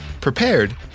prepared